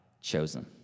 chosen